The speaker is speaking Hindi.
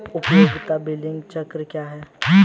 उपयोगिता बिलिंग चक्र क्या है?